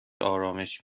آرامش